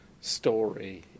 story